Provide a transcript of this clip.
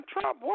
Trump